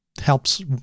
helps